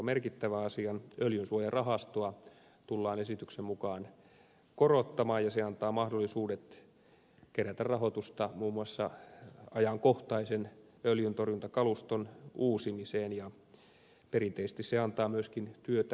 öljysuojarahastoa tullaan esityksen mukaan korottamaan ja se antaa mahdollisuudet kerätä rahoitusta muun muassa ajankohtaisen öljyntorjuntakaluston uusimiseen ja perinteisesti se antaa myöskin työtä kotimaassa